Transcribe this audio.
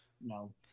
No